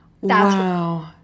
Wow